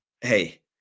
hey